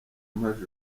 maj